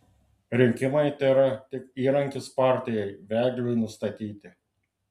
rinkimai tėra tik įrankis partijai vedliui nustatyti